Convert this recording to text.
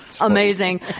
Amazing